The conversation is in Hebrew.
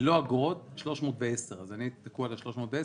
ללא אגרות 310. אני הייתי תקוע על ה-301,